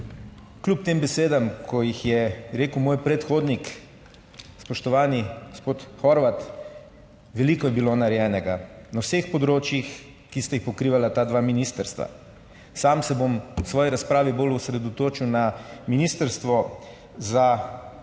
Kljub tem besedam, ki jih je rekel moj predhodnik, spoštovani gospod Horvat, veliko je bilo narejenega na vseh področjih, ki sta jih pokrivala ta dva ministrstva. Sam se bom v svoji razpravi bolj osredotočil na Ministrstvo za obrambo, kjer